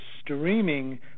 streaming